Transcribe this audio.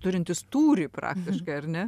turintis tūrį praktiškai ar ne